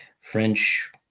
French